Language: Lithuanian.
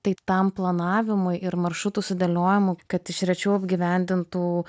tai tam planavimui ir maršrutų sudėliojimui kad iš rečiau apgyvendintų